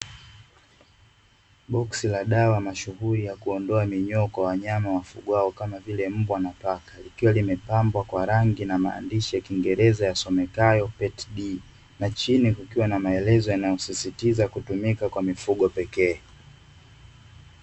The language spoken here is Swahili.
Boksi la dawa mashuhuli ya kuondoa minyoo kwa wanyama wafugwao, kama vile mbwa na paka. Likiwa limepambwa kwa rangi na maandishi ya kiingereza, yasomekayo kama "PetDee" na chini kukiwa na maelekezo yanayosisitiza kutumika kwa mifugo pekee.